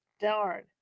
Darn